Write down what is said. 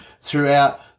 throughout